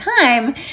time